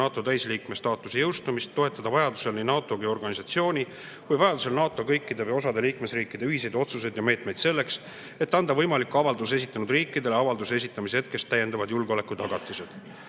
NATO täisliikme staatuse jõustumist, tuleks toetada nii NATO kui organisatsiooni kui ka vajaduse korral NATO kõikide või osa liikmesriikide ühiseid otsuseid ja meetmeid selleks, et anda võimaliku avalduse esitanud riikidele avalduse esitamise hetkest täiendavad julgeolekutagatised.